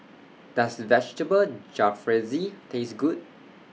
Does Vegetable Jalfrezi Taste Good